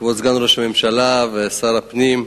כבוד סגן ראש הממשלה ושר הפנים,